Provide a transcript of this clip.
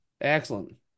Excellent